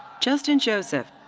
justin joseph.